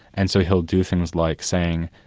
and so he'll do things like saying,